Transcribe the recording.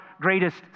greatest